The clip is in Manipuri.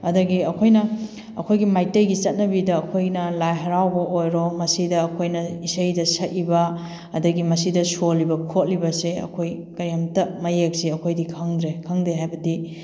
ꯑꯗꯒꯤ ꯑꯩꯈꯣꯏꯅ ꯑꯩꯈꯣꯏꯒꯤ ꯃꯩꯇꯩꯒꯤ ꯆꯠꯅꯕꯤꯗ ꯑꯩꯈꯣꯏꯅ ꯂꯥꯏ ꯍꯔꯥꯎꯕ ꯑꯣꯏꯔꯣ ꯃꯁꯤꯗ ꯑꯩꯈꯣꯏꯅ ꯏꯁꯩꯗ ꯁꯛꯏꯕ ꯑꯗꯒꯤ ꯃꯁꯤꯗ ꯁꯣꯜꯂꯤꯕ ꯈꯣꯠꯂꯤꯕꯁꯦ ꯑꯩꯈꯣꯏ ꯀꯩꯝꯇ ꯃꯌꯦꯛꯁꯦ ꯑꯩꯈꯣꯏꯗꯤ ꯈꯪꯗ꯭ꯔꯦ ꯈꯪꯗꯦ ꯍꯥꯏꯕꯗꯤ